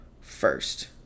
first